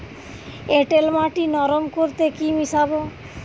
এঁটেল মাটি নরম করতে কি মিশাব?